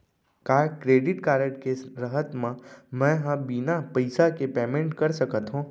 का credit card के रहत म, मैं ह बिना पइसा के पेमेंट कर सकत हो?